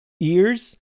ears